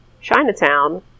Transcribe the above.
Chinatown